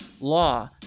law